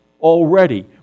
already